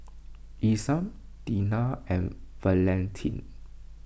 Isam Deena and Valentin